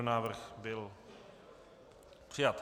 Návrh byl přijat.